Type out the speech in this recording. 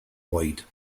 wide